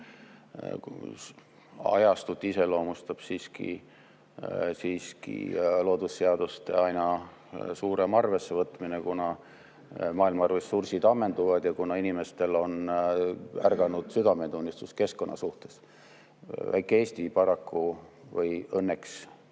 antud ajastut iseloomustab siiski loodusseaduste aina suurem arvesse võtmine, kuna maailma ressursid ammenduvad ja kuna inimestel on ärganud südametunnistus keskkonna suhtes. Väike Eesti paraku või õnneks,